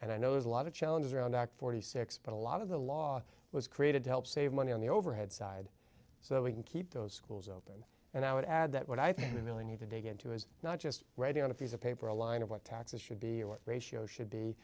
and i know there's a lot of challenges around that forty six but a lot of the law was created to help save money on the overhead side so we can keep those schools open and i would add that what i think really need to dig into is not just writing on a piece of paper a line of what taxes should be or what ratio should be